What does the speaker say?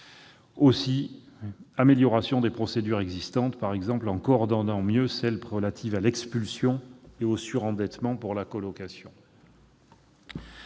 d'améliorer les procédures existantes, par exemple en coordonnant mieux celles relatives à l'expulsion et au surendettement pour la colocation.